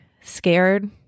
scared